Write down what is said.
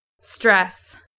Stress